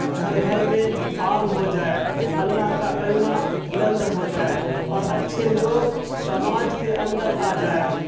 گھر گھر میں عام ہو جائے اللہ کا کلمہ بلند ہو جائے اور اچھے لوگ سماج کے اندر آ جائے